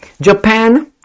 Japan